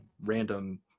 random